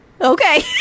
okay